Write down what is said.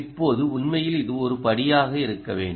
இப்போது உண்மையில் இது ஒரு படியாக இருக்க வேண்டும்